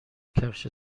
کفش